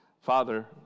Father